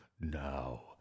Now